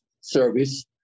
service